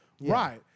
Right